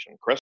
Chris